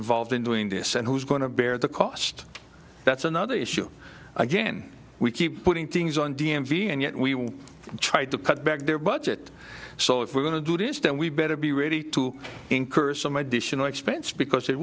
involved in doing this and who's going to bear the cost that's another issue again we keep putting things on d m v and yet we tried to cut back their budget so if we're going to do this then we better be ready to incur some additional expense because it